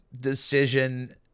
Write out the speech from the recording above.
decision